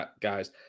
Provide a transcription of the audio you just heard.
guys